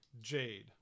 Jade